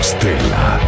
Stella